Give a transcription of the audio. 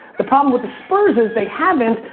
the problem with the spurs is they haven't,